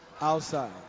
Outside